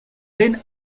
then